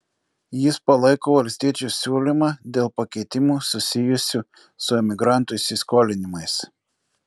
jis palaiko valstiečių siūlymą dėl pakeitimų susijusių su emigrantų įsiskolinimais